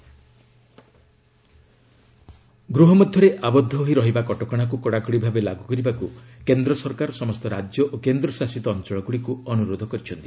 centre states ଗୃହ ମଧ୍ୟରେ ଆବଦ୍ଧ ହୋଇ ରହିବା କଟକଣାକୁ କଡ଼ାକଡ଼ି ଭାବେ ଲାଗୁ କରିବାକୁ କେନ୍ଦ୍ର ସରକାର ସମସ୍ତ ରାଜ୍ୟ ଓ କେନ୍ଦ୍ରଶାସିତ ଅଞ୍ଚଳଗୁଡ଼ିକୁ ଅନ୍ତରୋଧ କରିଛନ୍ତି